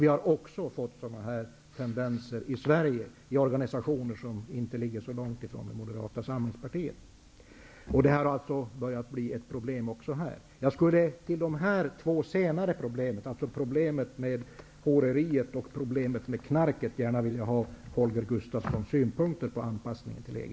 Vi har också i Sverige fått sådana här tendenser i organisationer där man i sin politiska ideologi inte ligger så långt ifrån Moderata samlingspartiet. Det har alltså börjat bli ett problem även här. Jag skulle gärna vilja få höra Holger Gustafssons synpunkter på problemen med horeriet och knarket när det gäller anpassningen till EG.